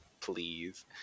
please